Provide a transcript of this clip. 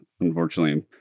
Unfortunately